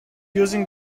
using